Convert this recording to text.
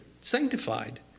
sanctified